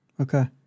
Okay